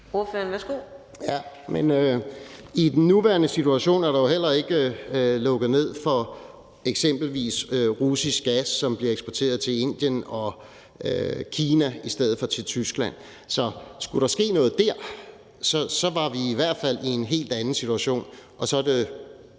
i den nuværende situation er der jo heller ikke lukket ned for eksempelvis russisk gas, som bliver eksporteret til Indien og Kina i stedet for til Tyskland. Så skulle der ske noget dér, var vi i hvert fald i en helt anden situation,